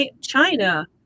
China